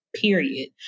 period